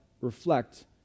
reflect